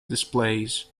displays